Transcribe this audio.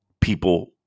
people –